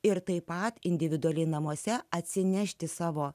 ir taip pat individualiai namuose atsinešti savo